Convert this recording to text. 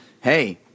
hey—